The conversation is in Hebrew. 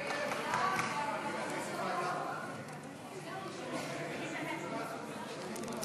ההצעה להעביר את הצעת חוק הבטחת הכנסה (תיקון,